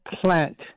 plant